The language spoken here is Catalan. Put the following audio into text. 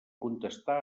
contestar